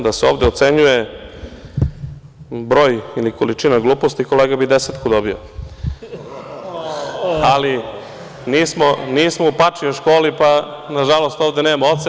Da se ovde ocenjuje broj ili količina gluposti, kolega bi desetku dobio, ali nismo u pačijoj školi, pa nažalost ovde nema ocena.